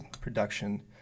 production